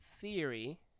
theory